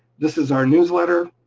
this is our newsletter,